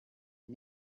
and